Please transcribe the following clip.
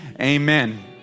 amen